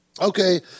Okay